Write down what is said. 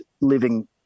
living